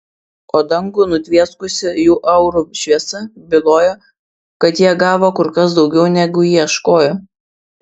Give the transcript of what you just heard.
o dangų nutvieskusi jų aurų šviesa bylojo kad jie gavo kur kas daugiau negu ieškojo